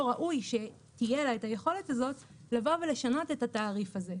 ראוי שתהיה לה את היכולת הזאת לבוא ולשנות את התעריף הזה,